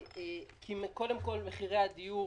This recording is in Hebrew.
קודם כול, מחירי הדיור